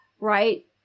right